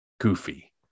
goofy